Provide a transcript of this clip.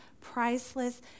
priceless